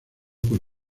con